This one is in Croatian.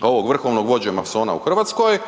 ovog vrhovnog vođe masona u RH,